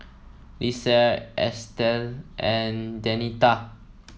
Lisle Estelle and Denita